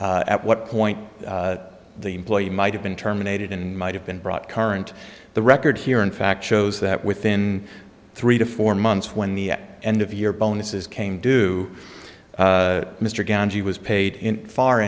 not at what point the employee might have been terminated and might have been brought current the record here in fact shows that within three to four months when the at end of year bonuses came due mr ganji was paid in far